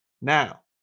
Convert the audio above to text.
Now